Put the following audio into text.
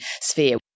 sphere